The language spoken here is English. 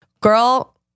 Girl